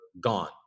gone